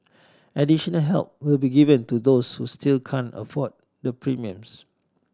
additional help will be given to those who still can't afford the premiums